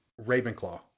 Ravenclaw